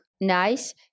nice